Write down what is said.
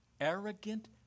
arrogant